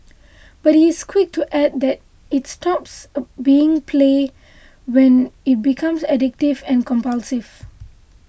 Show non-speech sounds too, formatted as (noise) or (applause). but he is quick to add that it stops (noise) being play when it becomes addictive and compulsive